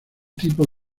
tipo